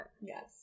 Yes